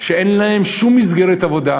שאין להם שום מסגרת עבודה.